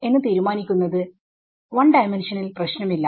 എന്ന് തീരുമാനിക്കുന്നത് 1D ൽ പ്രശ്നമില്ല